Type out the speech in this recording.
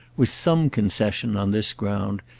was some concession, on this ground,